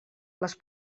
les